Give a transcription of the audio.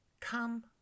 come